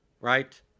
Right